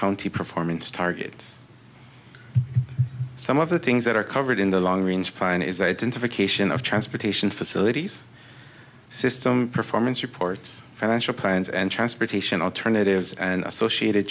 county performance targets some of the things that are covered in the long range plan is identification of transportation facilities system performance reports financial plans and transportation alternatives and associated